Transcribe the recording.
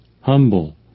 Humble